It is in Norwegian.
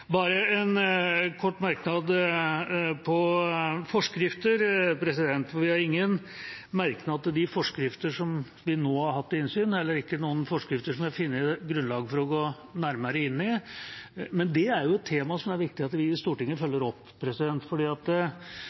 Bare en kort merknad når det gjelder forskrifter: Vi har ingen merknad til de forskrifter som vi nå har hatt til innsyn. Det er ikke noen forskrifter som det er funnet grunnlag for å gå nærmere inn i, men det er et tema som det er viktig at vi i Stortinget følger opp.